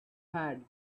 had